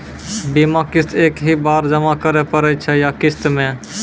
बीमा किस्त एक ही बार जमा करें पड़ै छै या किस्त मे?